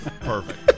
Perfect